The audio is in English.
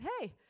hey